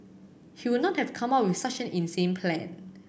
he would not have come up with such an insane plan